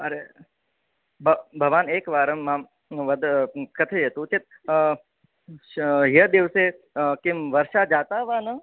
अरे भवान् एकवारं मां वदतु कथयतु चेत् ह्यः दिवसे किं वर्षा जाता वा न